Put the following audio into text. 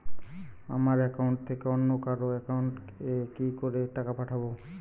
আমার একাউন্ট থেকে অন্য কারো একাউন্ট এ কি করে টাকা পাঠাবো?